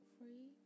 Free